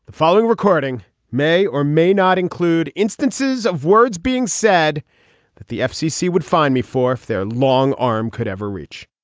following recording may or may not include instances of words being said that the fcc would find me for if their long arm could ever reach